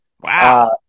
Wow